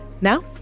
Now